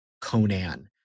Conan